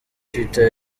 twitter